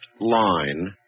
line